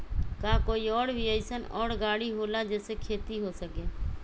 का कोई और भी अइसन और गाड़ी होला जे से खेती हो सके?